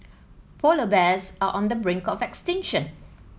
polar bears are on the brink of extinction